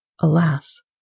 Alas